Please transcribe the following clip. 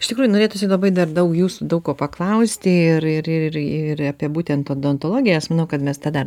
iš tikrųjų norėtųsi labai dar daug jūs daug ko paklausti ir ir ir ir apie būtent odontologiją aš manau kad mes tą dar